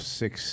six